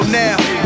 now